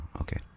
okay